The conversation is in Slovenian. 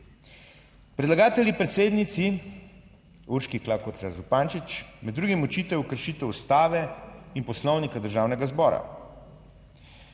Predlagatelji predsednici Urški Klakočar Zupančič med drugim očitajo kršitev Ustave in Poslovnika Državnega zbora.